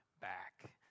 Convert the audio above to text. back